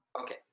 Okay